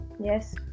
Yes